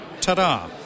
ta-da